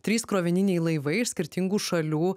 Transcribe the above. trys krovininiai laivai iš skirtingų šalių